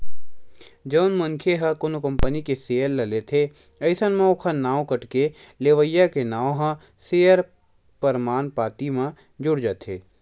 जउन मनखे ह कोनो कंपनी के सेयर ल लेथे अइसन म ओखर नांव कटके लेवइया के नांव ह सेयर परमान पाती म जुड़ जाथे